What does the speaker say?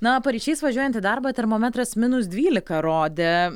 na paryčiais važiuojant į darbą termometras minus dvylika rodė